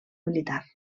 militar